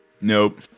Nope